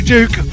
Duke